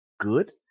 good